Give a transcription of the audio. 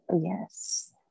Yes